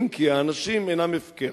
אם כי האנשים אינם הפקר.